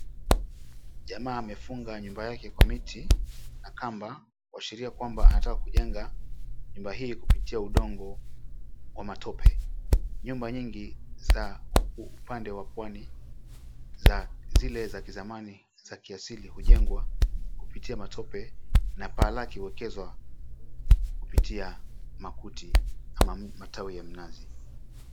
Jamaa amefunga nyumba yake kwa miti na kamba kuashiria kwamba anataka kujenga nyumba hii kupitia udongo wa matope. Nyumba nyingi za upande wa pwani za zile za kizamani za kiasili hujengwa kupitia matope na paa lake huekezwa kupitia makuti ama matawi ya mnazi.